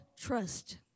trust